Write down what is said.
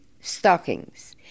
stockings